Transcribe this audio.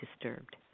disturbed